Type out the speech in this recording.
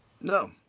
no